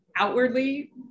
outwardly